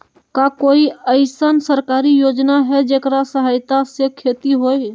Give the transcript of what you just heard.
का कोई अईसन सरकारी योजना है जेकरा सहायता से खेती होय?